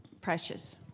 precious